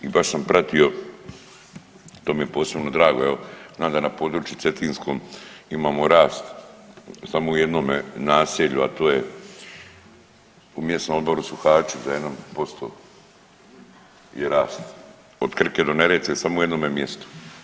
I baš sam pratio, to mi je posebno drago, znam da na području cetinskom imamo rast samo u jednome naselju, a to je u Mjesnom odboru u Suhaču za 1% je rast od Krke do Neretve samo u jednome mjestu.